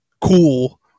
cool